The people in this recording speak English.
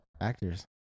Actors